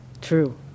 True